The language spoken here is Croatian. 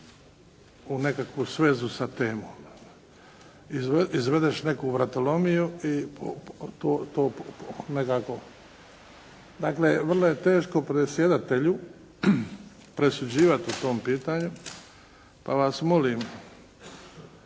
u nekakvu svezu sa temom. Izvedeš neku vratolomiju i to nekako. Dakle, vrlo je teško predsjedatelju presuđivati po tom pitanju pa vas molim